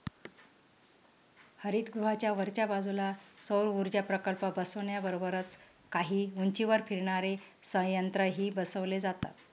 हरितगृहाच्या वरच्या बाजूला सौरऊर्जा प्रकल्प बसवण्याबरोबरच काही उंचीवर फिरणारे संयंत्रही बसवले जातात